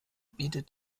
bietet